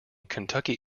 kentucky